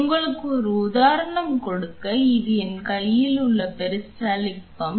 உங்களுக்கு ஒரு உதாரணம் கொடுக்க இது என் கையில் உள்ள பெரிஸ்டால்டிக் பம்ப்